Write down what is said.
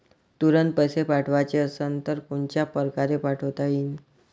तुरंत पैसे पाठवाचे असन तर कोनच्या परकारे पाठोता येईन?